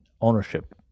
ownership